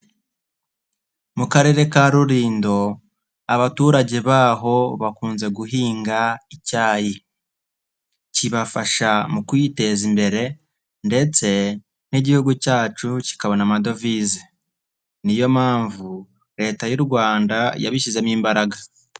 Mu karere ka Rulindo abaturage baho bakunze guhinga icyayi, kibafasha mu kwiteza imbere ndetse n'igihugu cyacu kikabona amadovize, niyo mpamvu leta y'u Rwanda yabishyizemo imbaraga.